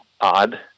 odd